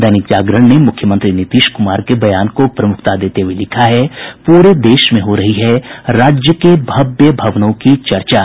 दैनिक जागरण ने मुख्यमंत्री नीतीश कुमार के बयान को प्रमुखता देते हुये लिखा है पूरे देश में हो रही है राज्य के भव्य भवनों की चर्चा